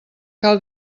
cal